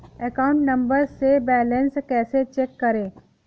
Account number से balance कैसे check करें?